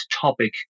topic